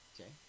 okay